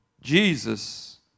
Jesus